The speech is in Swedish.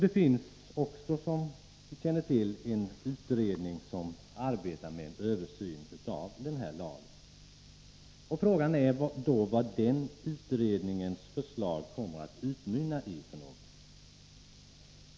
Det finns, som ni känner till, också en utredning som nu arbetar med en översyn av lagen. Frågan är vad den utredningen kommer att utmynna i för förslag.